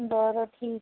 बरं ठीक